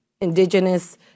indigenous